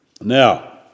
Now